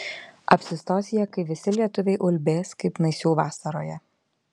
apsistos jie kai visi lietuviai ulbės kaip naisių vasaroje